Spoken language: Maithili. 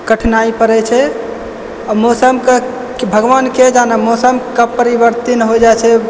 कठिनाइ पड़ै छै आ मौसम के भगवान के जानय मौसम कब परिवर्तिन हो जाइ छै